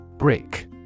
Brick